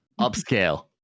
Upscale